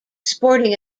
sporting